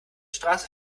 straße